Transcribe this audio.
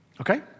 Okay